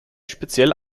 speziell